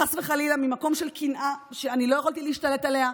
חס וחלילה, ממקום של קנאה שלא יכולתי להשתלט עליה,